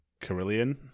Carillion